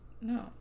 No